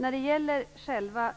När det gäller själva